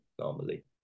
normally